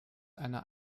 einer